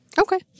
okay